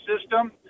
system